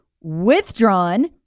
withdrawn